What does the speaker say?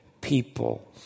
people